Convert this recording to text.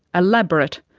elaborate,